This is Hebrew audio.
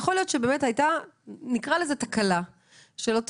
יכול להיות שבאמת הייתה תקלה של אותו